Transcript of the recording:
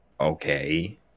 okay